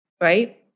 Right